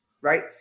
right